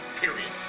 Period